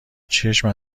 چشم